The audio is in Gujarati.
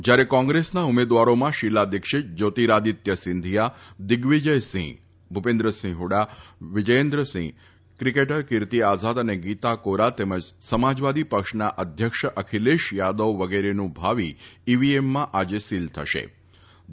જયારે કોંગ્રેસના ઉમેદવારોમાં શીલા દિક્ષીત જયોતીરાદિત્ય સિંધિયા દિગ્વિજયસિંગ અને ભુપેન્દ્રસિંહ હુડા વિજયેન્દ્રસિંગ ક્રિકેટર કીર્તી આઝાદ અને ગીતા કોરા તેમજ સમાજવાદી પક્ષના અધ્યક્ષ અખિલેશ યાદવ વગેરેનું ભાવી ઈવીએમમાં આજે સીલ થઈ જશે